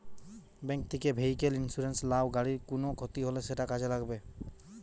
bank থিকে vehicle insurance লাও, গাড়ির কুনো ক্ষতি হলে সেটা কাজে লাগবে